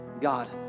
God